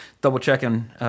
double-checking